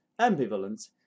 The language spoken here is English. ambivalence